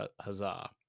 Huzzah